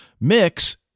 mix